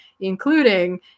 including